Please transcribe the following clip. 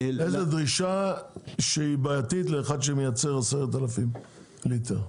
איזו דרישה קיימת שהיא בעייתית למחלבה שמייצרת 10,000 ליטר.